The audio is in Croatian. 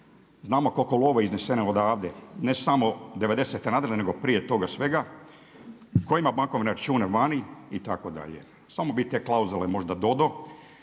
znamo koliko je love izneseno odavde, ne samo '90.-te nadalje nego prije toga svega, tko ima bankovne račune vani itd.. Samo bi te klauzule možda dodao